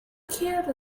kyoto